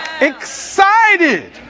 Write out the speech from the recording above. Excited